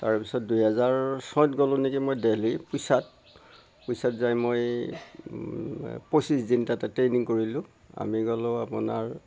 তাৰপিছত দুই হাজাৰ ছয়ত গ'লো নেকি মই দেলহি পিছাত পিছাত যায় মই পচিঁশ দিন তাতে ট্ৰেইনিং কৰিলোঁ আমি গ'লো আপোনাৰ